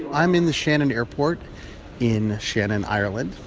i'm in the shannon airport in shannon, ireland,